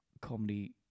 comedy